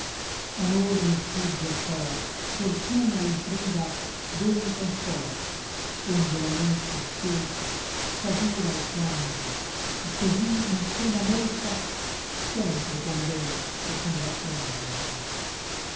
amor mi strugge l cor fortuna il priva d'ogni conforto onde la mente stolta s'adira et piange et cosí in pena molta sempre conven che combattendo viva